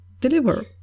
deliver